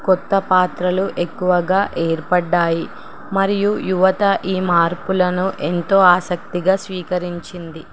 కొత్త పాత్రలు ఎక్కువగా ఏర్పడ్డాయి మరియు యువత ఈ మార్పులను ఎంతో ఆసక్తిగా స్వీకరించింది